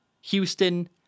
Houston